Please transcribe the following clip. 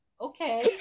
Okay